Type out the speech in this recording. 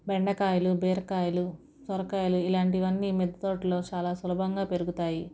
బెండకాయలు బీరకాయలు సొరకాయలు ఇలాంటివన్నీ మిరపతోటలో చాలా సులభంగా పెరుగుతాయి